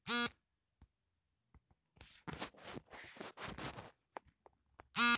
ಮೊಳಕೆಯೊಡೆದ ಬೀಜಗಳಿಗಿಂತ ಸಂಸ್ಕರಣೆಗೊಂಡ ಬೀಜಗಳನ್ನು ನಾಟಿ ಮಾಡುವುದರಿಂದ ಆರೋಗ್ಯವಂತ ಸಸಿಗಳನ್ನು ಪಡೆಯಬೋದು